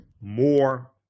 more